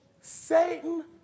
Satan